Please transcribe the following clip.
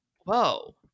whoa